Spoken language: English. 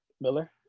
miller